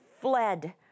fled